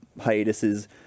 hiatuses